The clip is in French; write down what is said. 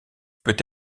peut